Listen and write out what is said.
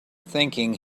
thinking